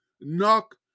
knock